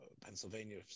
Pennsylvania